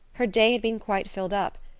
her day had been quite filled up,